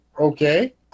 okay